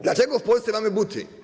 Dlaczego w Polsce mamy buty?